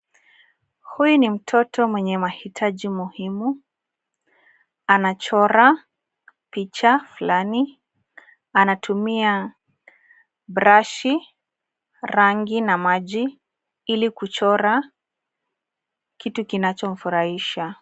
Huyu ni mtoto mwenye mahitaji muhimu, anachora picha flani na anatumia brashi, rangi na maji ili kuchora kitu kinachomfurahisha.